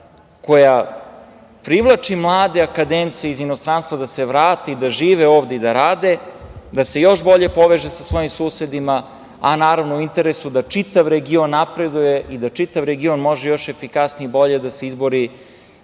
koja privlači mlade akademce iz inostranstva da se vrate i da žive ovde i da rade, da se još bolje poveže sa svojim susedima. Naravno, u interesu je da čitav region napreduje i da čitav region može još efikasnije i bolje da se izbori